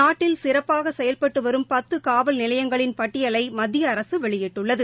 நாட்டில் சிறப்பாக செயல்பட்டு வரும் பத்து காவல் நிலையங்களின் பட்டியலை மத்திய அரசு வெளியிட்டுள்ளது